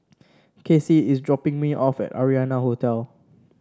Kasie is dropping me off at Arianna Hotel